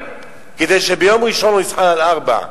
כדי שביום ראשון הוא יזחל על ארבע.